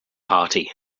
party